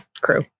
crew